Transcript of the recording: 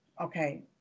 okay